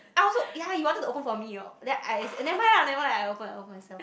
I also ya he wanted to open for me then I said never mind never mind ah I open I open myself